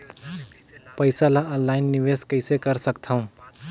पईसा ल ऑनलाइन निवेश कइसे कर सकथव?